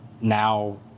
now